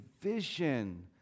vision